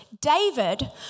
David